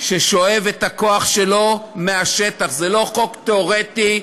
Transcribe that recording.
ששואב את הכוח שלו מהשטח, זה לא חוק תיאורטי,